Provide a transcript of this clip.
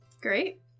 Great